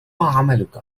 عملك